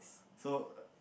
so